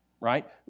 right